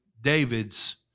David's